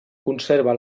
conserva